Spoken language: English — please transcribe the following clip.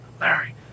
Larry